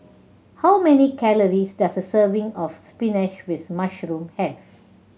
how many calories does a serving of spinach with mushroom have